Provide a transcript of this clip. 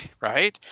right